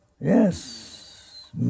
Yes